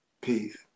Peace